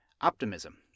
optimism